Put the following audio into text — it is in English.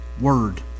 word